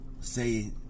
say